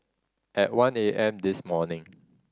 at one A M this morning